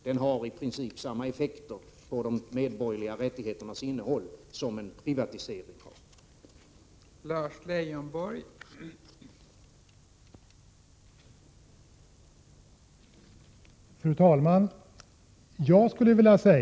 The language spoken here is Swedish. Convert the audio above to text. Den har i princip samma effekter på de medborgerliga rättigheternas innehåll som en privatisering har.